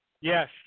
Yes